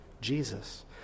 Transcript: Jesus